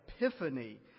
epiphany